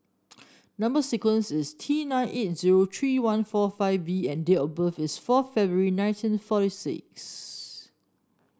number sequence is T nine eight zero three one four five V and date of birth is four February nineteen forty six